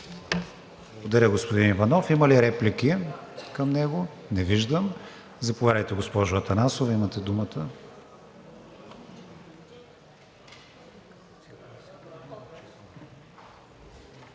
Благодаря, господин Иванов. Има ли реплики към него? Не виждам. Заповядайте, госпожо Атанасова, имате думата.